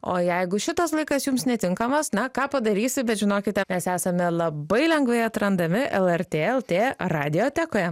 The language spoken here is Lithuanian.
o jeigu šitas laikas jums netinkamas na ką padarysi bet žinokite mes esame labai lengvai atrandami lrt lt radiotekoje